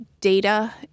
data